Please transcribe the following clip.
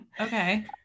Okay